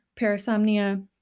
parasomnia